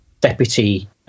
deputy